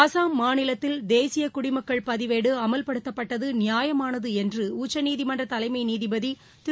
அசாம் மாநிலத்தில் தேசிய குடிமக்கள் பதிவேடு அமல்படுத்தப்பட்டது நியாயமானது என்று உச்சநீதிமன்ற தலைமை நீதிபதி திரு